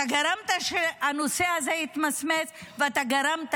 אתה גרמת שהנושא הזה יתמסמס ואתה גרמת